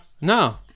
No